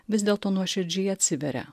vis dėlto nuoširdžiai atsiveria